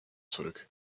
zurück